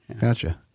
Gotcha